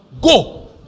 go